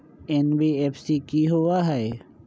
NBFC कि होअ हई?